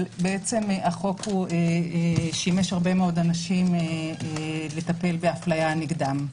אבל החוק שימש הרבה מאוד אנשים לטפל בהפליה נגדם.